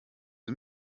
sie